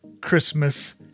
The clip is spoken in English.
Christmas